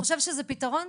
אתה חושב שזה פתרון?